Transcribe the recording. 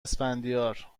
اسفندیار